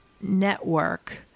network